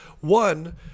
One